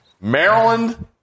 Maryland